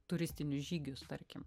turistinius žygius tarkim